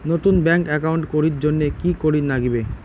নতুন bank account করির জন্যে কি করিব নাগিবে?